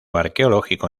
arqueológico